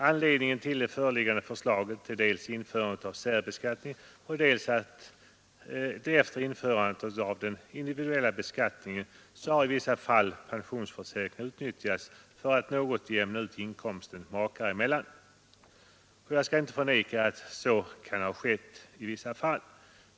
Anledningen till förslaget är dels införandet av särbeskattningen, dels att pensionsförsäkringar efter införandet av den individuella beskattningen i vissa fall utnyttjats för att något jämna ut inkomsten makar emellan. Jag skall inte förneka att så kan ha skett i vissa fall.